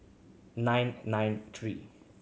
nine nine three